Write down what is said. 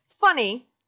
funny